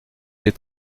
des